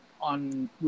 on